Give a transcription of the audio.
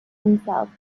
themselves